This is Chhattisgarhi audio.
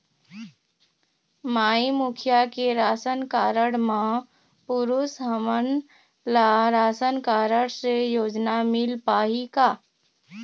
माई मुखिया के राशन कारड म पुरुष हमन ला राशन कारड से योजना मिल पाही का?